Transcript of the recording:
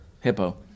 Hippo